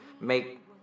make